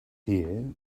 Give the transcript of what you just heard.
here